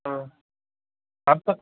हां आता